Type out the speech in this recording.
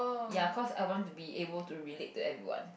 ya cause I want to be able to relate to everyone